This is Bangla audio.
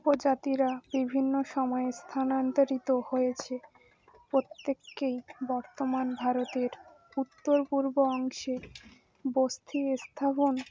উপজাতিরা বিভিন্ন সময়ে স্থানান্তরিত হয়েছে প্রত্যেককেই বর্তমান ভারতের উত্তর পূর্ব অংশে বস্তি স্থাপন